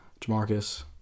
Jamarcus